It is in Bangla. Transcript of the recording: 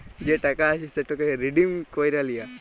যে টাকা আছে সেটকে রিডিম ক্যইরে লিয়া